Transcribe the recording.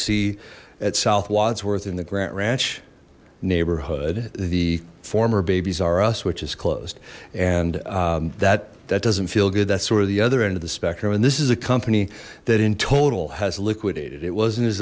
see at south wodsworth in the grant ranch neighborhood the former babies r us which is closed and that that doesn't feel good that's sort of the other end of the spectrum and this is a company that in total has liquidated it wasn't as